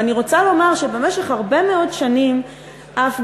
ואני רוצה לומר שבמשך הרבה מאוד שנים ההפגנות,